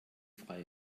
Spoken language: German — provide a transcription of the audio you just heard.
frei